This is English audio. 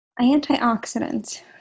antioxidants